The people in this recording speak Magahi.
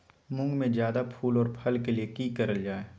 मुंग में जायदा फूल और फल के लिए की करल जाय?